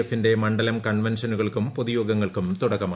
എഫിന്റെ മണ്ഡലം കൺവെൻഷനുകൾക്കും പൊതുയോഗങ്ങൾക്കും തുടക്കമായി